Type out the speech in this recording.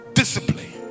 Discipline